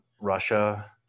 Russia